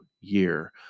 year